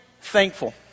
thankful